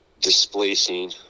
displacing